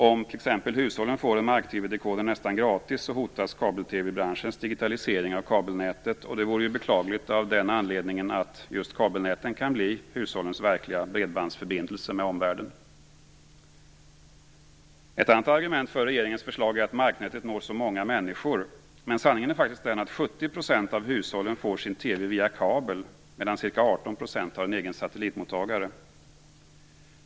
Om t.ex. hushållen får en mark-TV-dekoder nästan gratis, hotas kabel-TV-branschens digitalisering av kabelnäten. Det vore beklagligt av den anledningen att just kabelnäten kan bli hushållens verkliga bredbandsförbindelse med omvärlden. Ett annat argument för regeringens förslag är att marknätet når så många människor. Men sanningen är faktiskt den att 70 % av hushållen får sin TV via kabel, medan ca 18 % har en egen satellitmottagare.